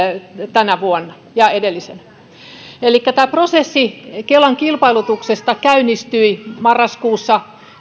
tänä vuonna ja edellisenä tämä prosessi kelan kilpailutuksesta käynnistyi marraskuussa